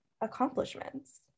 accomplishments